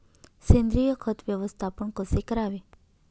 सेंद्रिय खत व्यवस्थापन कसे करावे?